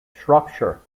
shropshire